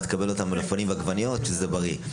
מה, תקבל אותם עם מלפפונים ועגבניות שזה בריא?